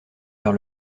vers